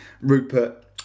rupert